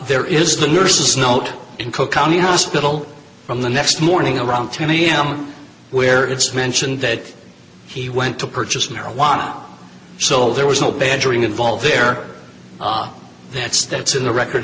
there is the nurses note in cook county hospital from the next morning around ten am where it's mentioned that he went to purchase near a lot so there was no badgering involved there that's that's in the record